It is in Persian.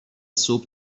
صبح